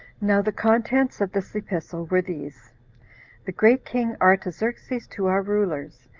now the contents of this epistle were these the great king artaxerxes to our rulers,